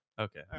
okay